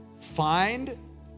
find